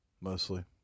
mostly